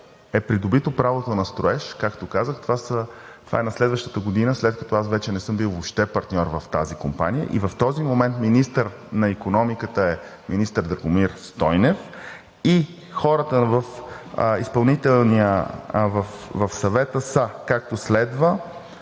е придобито правото на строеж, както казах, това е на следващата година, след като аз вече не съм бил въобще партньор в тази компания, в този момент министър на икономиката е министър Драгомир Стойнев и хората в Съвета са, както следва